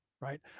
right